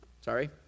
sorry